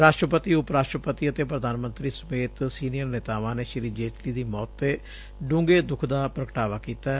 ਰਾਸ਼ਟਰਪਤੀ ਉੱਪ ਰਾਸ਼ਟਰਪਤੀ ਅਤੇ ਪ੍ਰਧਾਨ ਮੰਤਰੀ ਸਮੇਤ ਸੀਨੀਅਰ ਨੇਤਾਵਾਂ ਨੇ ਸ਼ੀ ਅਰੁਣ ਜੇਤਲੀ ਦੀ ਮੌਤ ਤੇ ਡੂੰਘੇ ਦੁੱਖ ਦਾ ਪ੍ਰਗਟਾਵਾ ਕੀਤੈ